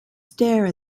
stare